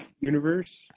universe